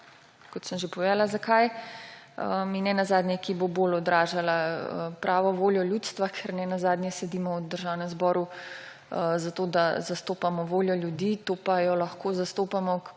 kot sem že povedala zakaj, in nenazadnje, ki bo bolj odražala pravo voljo ljudstva, ker nenazadnje sedimo v Državnem zboru zato, da zastopamo voljo ljudi, to pa jo lahko zastopamo